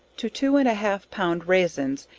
to two and a half pound raisins,